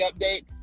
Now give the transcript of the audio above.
update